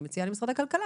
אני מציעה למשרד הכלכלה,